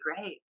great